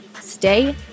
stay